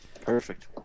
perfect